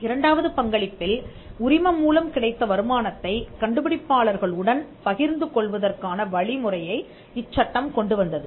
இரண்டாவது பங்களிப்பில் உரிமம் மூலம் கிடைத்த வருமானத்தை கண்டுபிடிப்பாளர்கள் உடன் பகிர்ந்து கொள்வதற்கான வழி முறையை இச்சட்டம் கொண்டு வந்தது